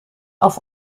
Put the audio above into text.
auf